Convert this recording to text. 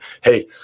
hey